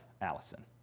Allison